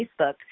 Facebook